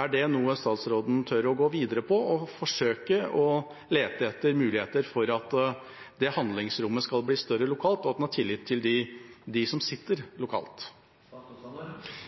Er det noe statsråden tør å gå videre med og forsøke å lete etter muligheter for at det handlingsrommet skal bli større lokalt, og har han tillit til dem som sitter lokalt?